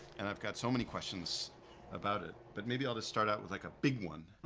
and i've got so many questions about it, but maybe i'll just start out with like a big one